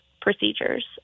procedures